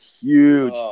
huge